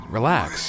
Relax